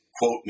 quote